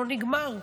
לא נגמר.